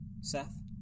Seth